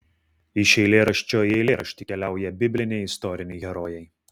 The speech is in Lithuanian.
iš eilėraščio į eilėraštį keliauja bibliniai istoriniai herojai